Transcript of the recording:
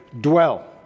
Dwell